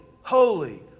holy